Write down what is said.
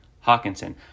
Hawkinson